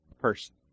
person